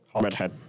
redhead